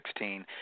2016